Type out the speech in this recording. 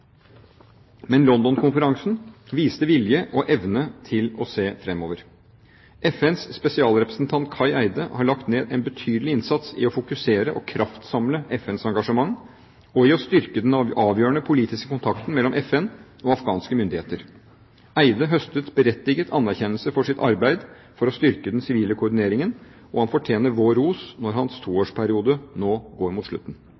Men London-konferansen viste vilje og evne til å se fremover. FNs spesialrepresentant Kai Eide har lagt ned en betydelig innsats i å fokusere og kraftsamle FNs engasjement – og i å styrke den avgjørende politiske kontakten mellom FN og afghanske myndigheter. Eide høstet berettiget anerkjennelse for sitt arbeid for å styrke den sivile koordineringen, og han fortjener vår ros når hans toårsperiode nå går mot slutten.